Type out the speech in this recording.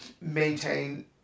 maintain